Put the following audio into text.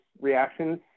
reactions